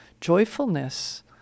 joyfulness